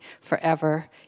forever